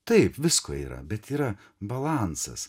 taip visko yra bet yra balansas